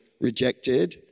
rejected